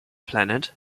planet